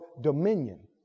dominion